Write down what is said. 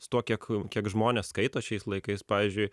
su tuo kiek kiek žmonės skaito šiais laikais pavyzdžiui